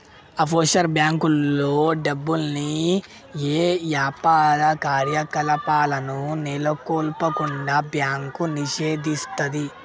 offshore బ్యేంకుల్లో డబ్బుల్ని యే యాపార కార్యకలాపాలను నెలకొల్పకుండా బ్యాంకు నిషేధిస్తది